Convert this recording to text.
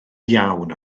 iawn